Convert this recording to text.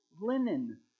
linen